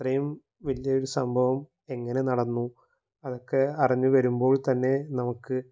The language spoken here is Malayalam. അത്രയും വലിയൊരു സംഭവം എങ്ങനെ നടന്നു അതൊക്കെ അറിഞ്ഞുവരുമ്പോൾ തന്നെ നമുക്ക്